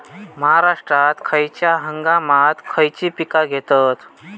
महाराष्ट्रात खयच्या हंगामांत खयची पीका घेतत?